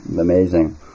amazing